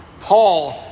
Paul